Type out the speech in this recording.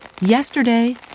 Yesterday